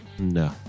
No